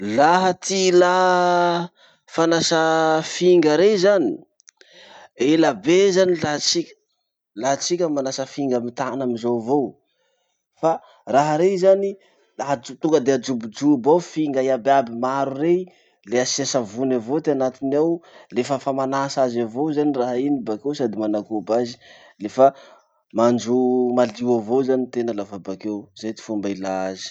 Laha ty ilà fanasà finga rey zany, elabe zany laha tsika- laha tsika manasa finga amy tana amizao avao. Fa raha rey zany, laha- tonga de ajobojobo ao finga iaby iaby maro rey, le asia savony avao ty anatiny ao, le fa fa manasa azy avao zany raha iny bakeo sady managoba azy lefa manjo malio avao zany tena lafa bakeo. Zay ty fomba ilà azy.